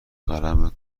قلمه